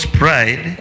pride